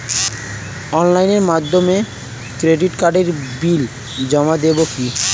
অনলাইনের মাধ্যমে ক্রেডিট কার্ডের বিল জমা দেবো কি?